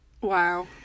wow